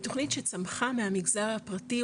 תוכנית שצמחה מהמגזר הפרטי,